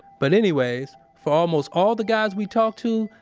but anyways, for almost all the guys we talked to,